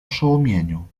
oszołomieniu